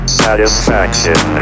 satisfaction